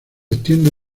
extiende